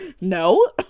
no